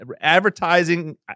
advertising